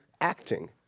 acting